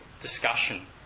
discussion